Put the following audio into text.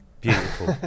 beautiful